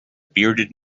bearded